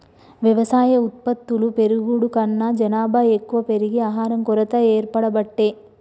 వ్యవసాయ ఉత్పత్తులు పెరుగుడు కన్నా జనాభా ఎక్కువ పెరిగి ఆహారం కొరత ఏర్పడబట్టే